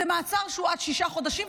זה מעצר שהוא עד שישה חודשים,